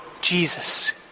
Jesus